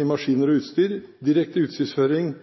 i maskiner og utstyr, direkte